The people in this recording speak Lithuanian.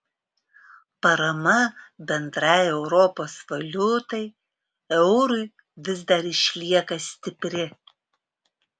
parama bendrai europos valiutai eurui vis dar išlieka stipri